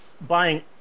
buying